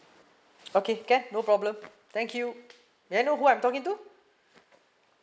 okay can no problem thank you may I know who I'm talking to